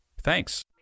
Thanks